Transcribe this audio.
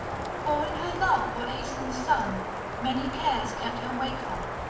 for in her love for aeson's son many cares kept her wakeful,